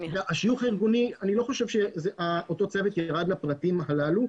אני לא חושב שאותו צוות ירד לפרטים של השיוך הארגוני,